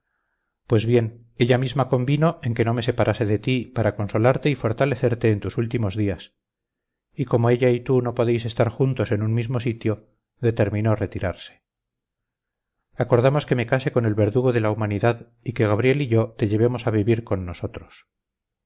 pues bien ella misma convino en que no me separase de ti para consolarte y fortalecerte en tus últimos días y como ella y tú no podéis estar juntos en un mismo sitio determinó retirarse acordamos que me case con el verdugo de la humanidad y que gabriel y yo te llevemos a vivir con nosotros